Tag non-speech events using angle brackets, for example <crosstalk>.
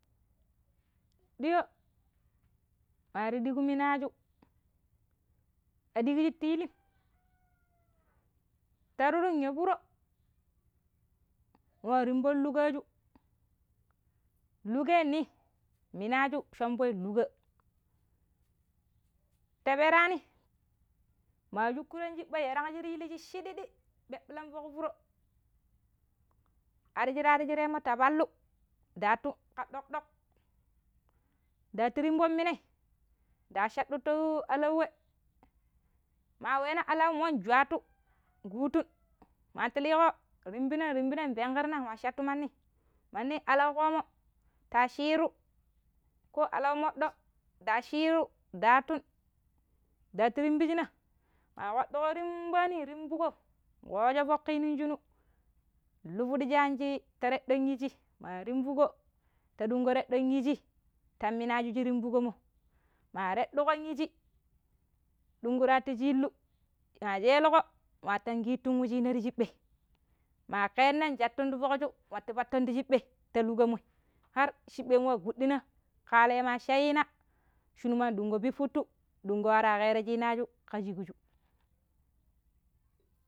Duyo mari diku minaju, au dikji ti ilim. <noise> Ta turun ya furo nwa, rimbo hikoju, lukoi ni? MInaju shombaoi luko. Ta pirani, ma shukuran shumbo yaran yigilli shin shididi, ɓebilan shiɓa foro, ar shira shirar mo ta pallu, ndatu ka dok dok nɗatu rimbon minai ndashatu alauwe ma waina alaumo njwaatu, <noise> ngutun mat hillo nrimbina nrimbina nperkrna nwa shattu manni, mami alau koomo ta shiru, ko alau moɗɗo nda shiru ndattu, ndattu rimbishina ma kpadiko nrimboni rimbogo wojefuku nin shinu, nhu pidi shira tedon eji, ma rimboko ta ɗunko tadon eti ta minaju shirimbogo mo, ma tedon eji dungu tatu chillu, ma chelliko, nwatan kirun we shina ti shimɓai ma keena, nshattu ti fooju nwattu ti shimɓai ta logomai, har shimɓai nwa gwuduna, Kaalai ma shayina shinu ma ndungo pipittu ndungo, waro ya kero shinaju ka shikju.